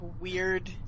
weird